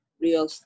real